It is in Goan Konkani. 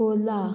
कोला